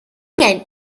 angen